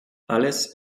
alles